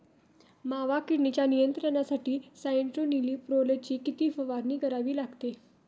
मावा किडीच्या नियंत्रणासाठी स्यान्ट्रेनिलीप्रोलची किती फवारणी करावी लागेल?